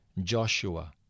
Joshua